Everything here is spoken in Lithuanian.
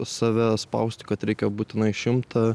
save spausti kad reikia būtinai šimtą